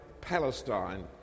Palestine